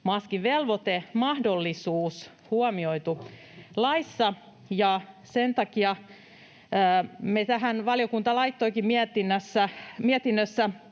kasvomaskivelvoite, -mahdollisuus huomioitu laissa. Sen takia valiokunta laittoikin mietinnössä